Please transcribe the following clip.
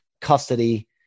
custody